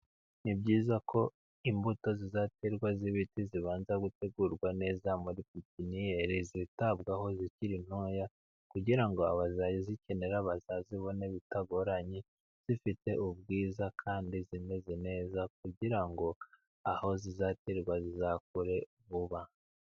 Ni byiza ko imbuto zizaterwa z'ibiti zibanza gutegurwa neza muri pipiniyeri, zitabwaho, zikiri ntoya, kugira ngo abazazikenera bazazibone bitagoranye, zifite ubwiza kandi zimeze neza kugira ngo aho zizaterwa zizakure vuba.